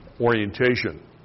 orientation